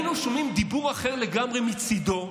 היינו שומעים דיבור אחר לגמרי מצידו,